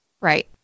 right